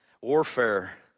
Warfare